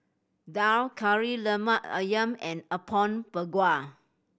daal Kari Lemak Ayam and Apom Berkuah